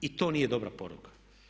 I to nije dobra poruka.